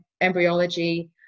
embryology